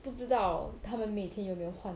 不知道他们每天有没有换